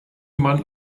man